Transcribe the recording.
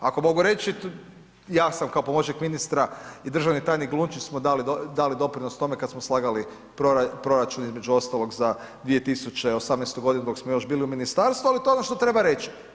Ako mogu reći, ja sam kao pomoćnik ministra i državni tajnik Glunčić smo dali doprinos tome kad smo slagali proračun, između ostalog za 2018. godinu dok smo još bili u ministarstvu, ali to je ono što treba reći.